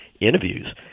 interviews